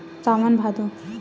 सावन भादो